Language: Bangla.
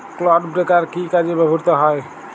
ক্লড ব্রেকার কি কাজে ব্যবহৃত হয়?